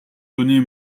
donnait